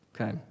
Okay